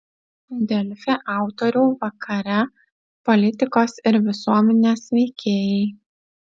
delfi autorių vakare politikos ir visuomenės veikėjai